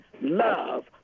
love